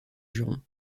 jurons